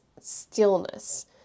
stillness